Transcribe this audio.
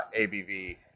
ABV